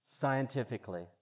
scientifically